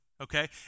okay